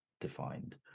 defined